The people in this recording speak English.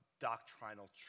doctrinal